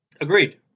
Agreed